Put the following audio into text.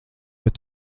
bet